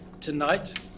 tonight